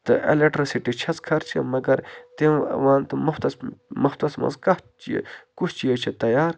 تہٕ اٮ۪لَٹَرسِٹی چھَس خرچی مگر تٔمۍ وَن تہٕ مُفتَس منٛز مُفتَس منٛز کَتھ چھِ کُس چیٖز چھِ تیار